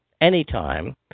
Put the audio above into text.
anytime